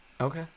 okay